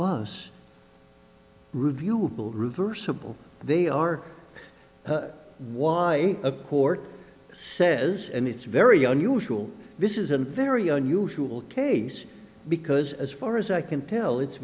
us reviewable reversible they are why a court says and it's very unusual this is a very unusual case because as far as i can tell it's